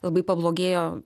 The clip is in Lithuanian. labai pablogėjo